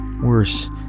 Worse